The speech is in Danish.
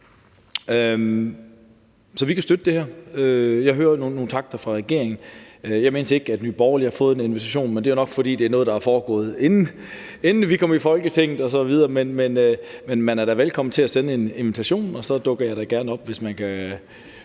Så vi kan støtte det her. Jeg hører nogle takter fra regeringen. Jeg mindes ikke, at Nye Borgerlige har fået en invitation, men det er jo nok, fordi det er noget, der er foregået, inden vi kom i Folketinget osv., men man er da velkommen til at sende en invitation; så dukker jeg da gerne op, hvis vi kan